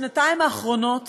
בשנתיים האחרונות